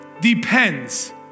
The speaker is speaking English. depends